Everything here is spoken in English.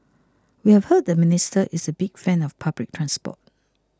we have heard the minister is a big fan of public transport